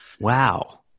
Wow